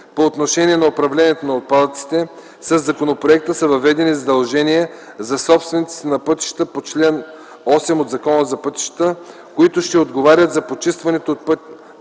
по отношение на управлението на отпадъците със законопроекта са въведени задължения със собствениците на пътища по чл. 8 от Закона за пътищата, които ще отговарят за почистването на